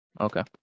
okay